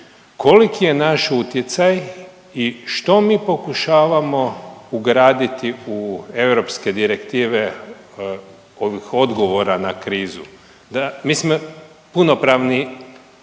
koliki je naš utjecaj i što mi pokušavamo ugraditi u europske direktive ovih odgovora na krizu? Mi smo punopravni